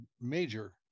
major